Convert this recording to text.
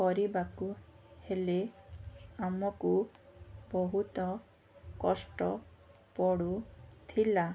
କରିବାକୁ ହେଲେ ଆମକୁ ବହୁତ କଷ୍ଟ ପଡ଼ୁଥିଲା